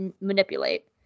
manipulate